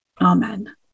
Amen